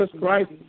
Christ